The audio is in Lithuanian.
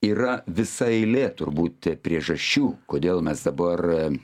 yra visa eilė turbūt priežasčių kodėl mes dabar